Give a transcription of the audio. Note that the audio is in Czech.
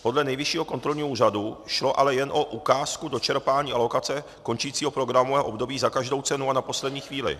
Podle Nejvyššího kontrolního úřadu šlo ale jen o ukázku dočerpání alokace končícího programového období za každou cenu a na poslední chvíli.